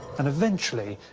and, eventually,